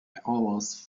almost